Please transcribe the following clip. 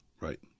right